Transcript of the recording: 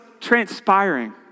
transpiring